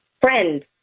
Friend